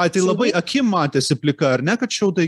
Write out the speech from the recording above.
ai tai labai akim matėsi plika ar ne kad šiaudai